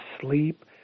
sleep